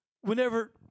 whenever